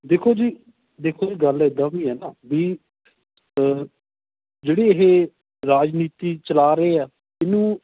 ਦੇਖੋ ਜੀ ਦੇਖੋ ਇਹ ਗੱਲ ਇੱਦਾਂ ਵੀ ਹੈ ਨਾ ਵੀ ਜਿਹੜੀ ਇਹ ਰਾਜਨੀਤੀ ਚਲਾ ਰਹੇ ਆ ਇਹਨੂੰ